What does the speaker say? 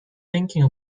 thinking